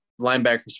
linebackers